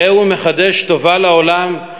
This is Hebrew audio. הרי הוא מחדש טובה לעולמו,